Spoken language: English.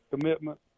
commitment